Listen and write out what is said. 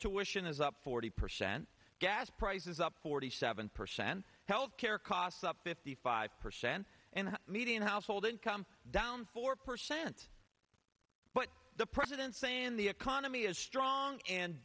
tuition is up forty percent gas prices up forty seven percent health care costs up fifty five percent and median household income down four percent but the president saying the economy is